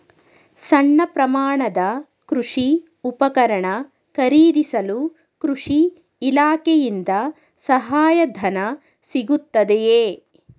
ಸಣ್ಣ ಪ್ರಮಾಣದ ಕೃಷಿ ಉಪಕರಣ ಖರೀದಿಸಲು ಕೃಷಿ ಇಲಾಖೆಯಿಂದ ಸಹಾಯಧನ ಸಿಗುತ್ತದೆಯೇ?